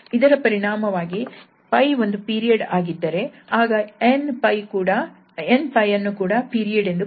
ಇದರ ಪರಿಣಾಮವಾಗಿ 𝜋 ಒಂದು ಪೀರಿಯಡ್ ಆಗಿದ್ದರೆ ಆಗ 𝑛𝜋 ಅನ್ನು ಕೂಡ ಪೀರಿಯಡ್ ಎಂದು ಕರೆಯುತ್ತೇವೆ